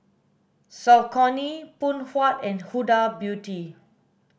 Saucony Phoon Huat and Huda Beauty